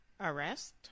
Arrest